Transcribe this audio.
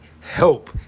Help